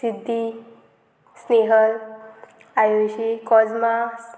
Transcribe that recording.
Siddhi Snehal Ayushi Kozma